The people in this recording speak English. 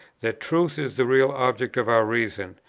that truth is the real object of our reason,